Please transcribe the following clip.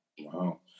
Wow